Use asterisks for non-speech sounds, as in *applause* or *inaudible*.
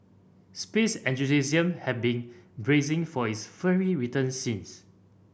space *unintelligible* have been bracing for its fiery return since